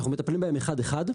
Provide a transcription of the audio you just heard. אנחנו טפלים בהם אחד-אחד.